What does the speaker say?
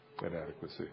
Inadequacy